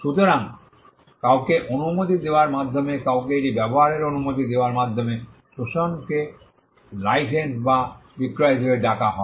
সুতরাং কাউকে অনুমতি দেওয়ার মাধ্যমে কাউকে এটি ব্যবহারের অনুমতি দেওয়ার মাধ্যমে শোষণকে লাইসেন্স বা বিক্রয় হিসাবে ডাকা হয়